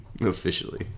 Officially